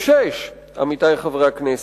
עמיתי חברי הכנסת,